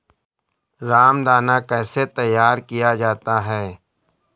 रामदाना कैसे तैयार किया जाता है?